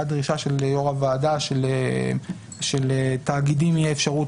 דרישה של יו"ר הוועדה שלתאגידים תהיה אפשרות